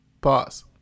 Pause